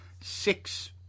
six